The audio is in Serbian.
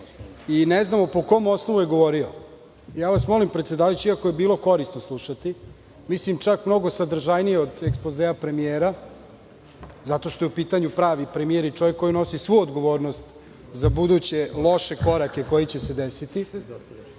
i ne znamo po kom osnovu je govorio? Molim vas predsedavajući, iako je bilo korisno slušati, mislim čak mnogo sadržajnije od ekspozea premijera, zato što je u pitanju pravi premijer i čovek koji nosi svu odgovornost za buduće loše korake koji će se desiti. Dakle,